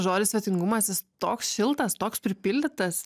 žodis svetingumas jis toks šiltas toks pripildytas